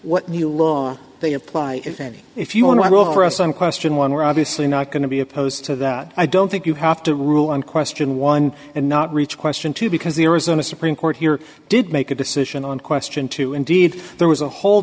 what new law they apply it and if you want to rule over us one question one we're obviously not going to be opposed to that i don't think you have to rule on question one and not reach question two because the arizona supreme court here did make a decision on question two indeed there was a whole